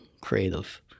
Creative